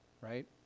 right